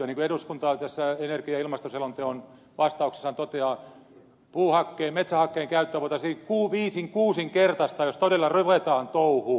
niin kuin eduskunta energia ja ilmastoselonteon vastauksessaan toteaa puuhakkeen metsähakkeen käyttöä voitaisiin viisinkuusinkertaistaa jos todella ruvetaan touhuun